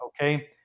Okay